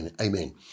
Amen